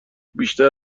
بیشتر